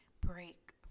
break